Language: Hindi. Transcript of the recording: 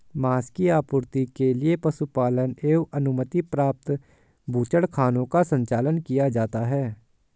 माँस की आपूर्ति के लिए पशुपालन एवं अनुमति प्राप्त बूचड़खानों का संचालन किया जाता है